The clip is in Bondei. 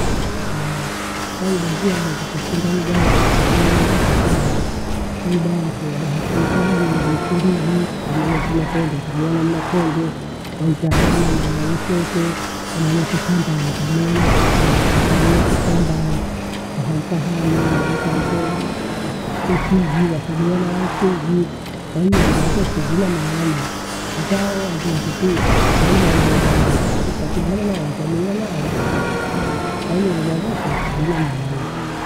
faida zihao kuteshinda lugha ye- indewekwa kwasababu. Faida yakwe wadaha kuitaa hanu na mkimbiji endelea kimakonde, utagea na mmakonde. Waitahanu naa mshoto, kwamanya kisambaa utamuwia nakekura, watamuia kisambaa wahauka hanuu waita kwee rufiji watamwea na harufiji kwa hiyo lugha zose zina maana. Hataa hawa wanjile kufiya, ukaimanya lugha yao basi utashindana nao utamenya nao, kwahiyo lugha zote zina maana